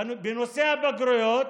בנושא הבגרויות,